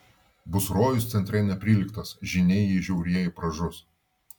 bus rojus centre neprilygtas žyniai jei žiaurieji pražus